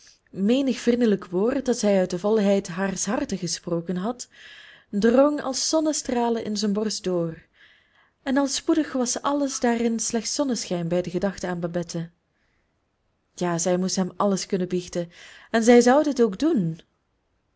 menig vriendelijk woord dat zij uit de volheid haars harten gesproken had drong als zonnestralen in zijn borst door en al spoedig was alles daarin slechts zonneschijn bij de gedachte aan babette ja zij moest hem alles kunnen biechten en zij zou dit ook doen